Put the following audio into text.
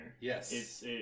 Yes